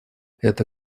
это